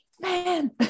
man